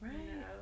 Right